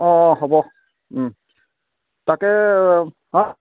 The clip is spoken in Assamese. অঁ হ'ব তাকে হা